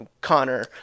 Connor